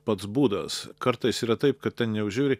pats būdas kartais yra taip kad ten jau žiūri